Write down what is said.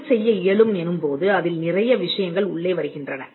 பதிவு செய்ய இயலும் எனும்போது அதில் நிறைய விஷயங்கள் உள்ளே வருகின்றன